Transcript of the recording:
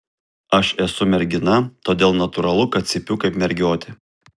aš esu mergina todėl natūralu kad cypiu kaip mergiotė